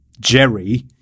Jerry